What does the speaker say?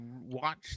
watch